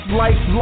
life